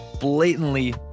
blatantly